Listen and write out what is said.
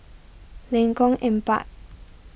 Lengkong Empat